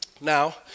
Now